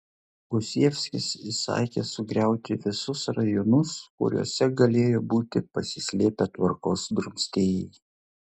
gosievskis įsakė sugriauti visus rajonus kuriuose galėjo būti pasislėpę tvarkos drumstėjai